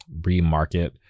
remarket